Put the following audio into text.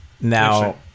Now